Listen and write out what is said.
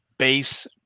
base